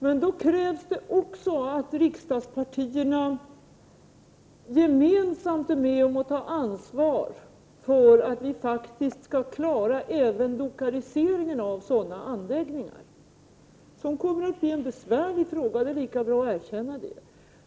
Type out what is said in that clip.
Men då krävs det också att riksdagspartierna gemensamt tar ansvar för att vi skall klara även lokaliseringen av de anläggningar som behövs. Det kommer att bli en besvärlig fråga — det är lika bra att erkänna det.